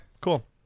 cool